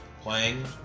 playing